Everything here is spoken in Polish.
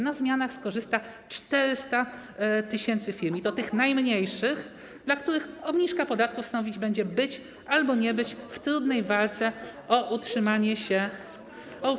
Na zmianach skorzysta 400 tys. firm, i to tych najmniejszych, dla których obniżka podatków stanowić będzie być albo nie być w trudnej walce o utrzymanie się na rynku.